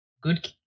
good